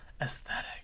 aesthetic